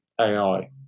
AI